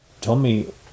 Tommy